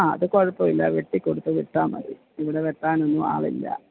ആ അത് കുഴപ്പമില്ല വെട്ടി കൊടുത്ത് വിട്ടാൽ മതി ഇവിടെ വെട്ടാനൊന്നും ആളില്ല